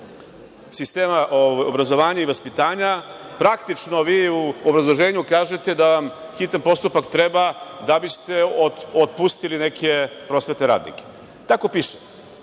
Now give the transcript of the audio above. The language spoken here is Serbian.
sistema obrazovanja i vaspitanja, praktično, vi u obrazloženju kažete da vam hitan postupak treba da bi ste otpustili neke prosvetne radnike. Tako piše